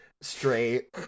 straight